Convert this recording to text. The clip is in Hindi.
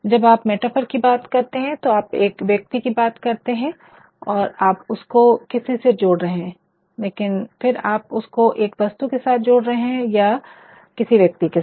जब आप मेटाफर की बात करते है तो आप एक व्यक्ति की बात कर रहे है और आप उसको किसी से जोड़ रहे है लेकिन फिर आप उसको एक वस्तु के साथ जोड़ रहे है या किसी व्यक्ति के साथ